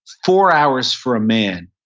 four hours for a man,